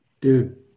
dude